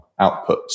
outputs